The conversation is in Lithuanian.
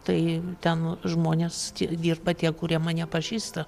tai ten žmonės tie dirba tie kurie mane pažįsta